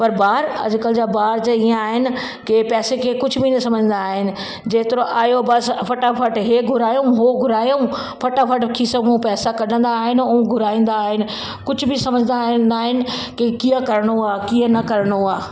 पर ॿार अॼुकल्ह जा ॿार ज हीअं आहिनि की पैसे खे कुझु बि न सम्झंदा आहिनि जेतिरो आहियो पैसो फटाफट इहे घुरायो उहो घुरायो फटाफट खीसे मां पैसा कॾंदा आहिनि ऐं घुराईंदा आहिनि कुझु बि सम्झंदा न आहिनि की कीअं करिणो आहे कीअं न करिणो आहे